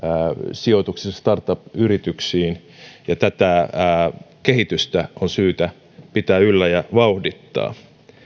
sijoituksissa startup yrityksiin ja tätä kehitystä on syytä pitää yllä ja vauhdittaa